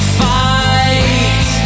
fight